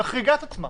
תחריג את עצמה